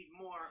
more